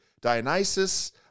Dionysus